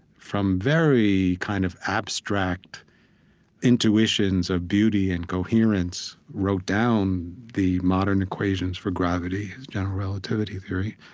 from very kind of abstract intuitions of beauty and coherence, wrote down the modern equations for gravity, his general relativity theory,